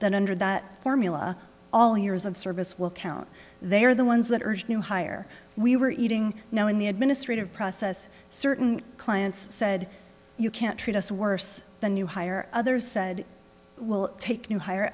that under that formula all years of service will count they are the ones that urged new hire we were eating now in the administrative process certain clients said you can't treat us worse the new hire others said we'll take